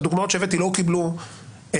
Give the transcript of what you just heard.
הדוגמאות שהבאתי לא קיבלו מענה.